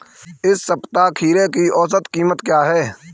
इस सप्ताह खीरे की औसत कीमत क्या है?